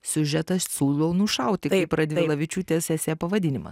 siužetą siūlau nušauti kaip radvilavičiūtės esė pavadinimas